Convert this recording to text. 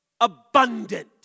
abundant